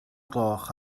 gloch